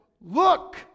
look